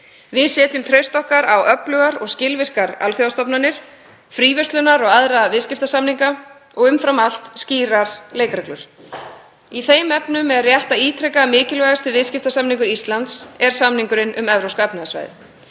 Við setjum traust okkar á öflugar og skilvirkar alþjóðastofnanir, fríverslunarsamninga og aðra viðskiptasamninga og umfram allt skýrar leikreglur. Í þeim efnum er rétt að ítreka að mikilvægasti viðskiptasamningur Íslands er samningurinn um Evrópska efnahagssvæðið.